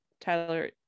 Tyler